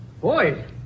Boys